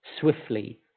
swiftly